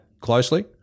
closely